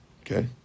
Okay